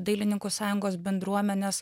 dailininkų sąjungos bendruomenės